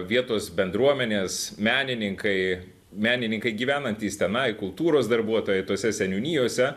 vietos bendruomenės menininkai menininkai gyvenantys tenai kultūros darbuotojai tose seniūnijose